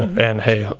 and, hey,